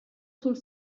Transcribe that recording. sul